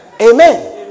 Amen